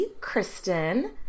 Kristen